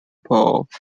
point